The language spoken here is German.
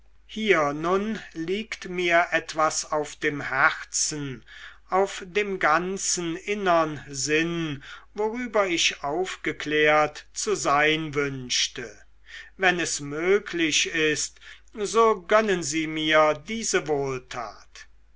hier nun liegt mir etwas auf dem herzen auf dem ganzen innern sinn worüber ich aufgeklärt zu sein wünschte wenn es möglich ist so gönnen sie mir diese wohltat